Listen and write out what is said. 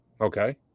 Okay